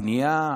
הבנייה,